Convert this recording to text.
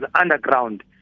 underground